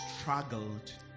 struggled